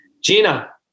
Gina